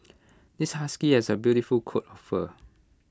this husky has A beautiful coat of fur